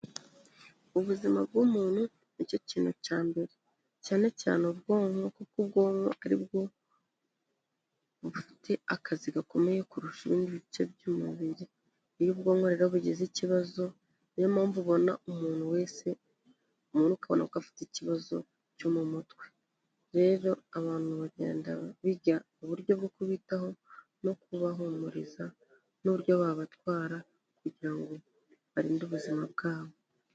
Ubuzima bw'umuntu ni cyo kintu cya mbere. Cyane cyane ubwonko, kuko ubwonko ari bwo bufite akazi gakomeye kurusha ibindi bice by'umubiri. Iyo ubwonko rero bugize ikibazo ni yo mpamvu ubona umuntu wese umubona ukabona ko afite ikibazo cyo mu mutwe. Rero abantu bagenda biga uburyo bwo kubitaho no kubahumuriza n'uburyo babatwara kugira ngo barinde ubuzima bwabo.